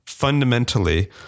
fundamentally